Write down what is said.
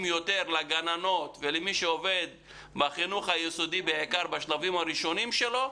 לגננות ולמי שעובד בחינוך היסודי בעיקר בשלבים הראשונים שלו,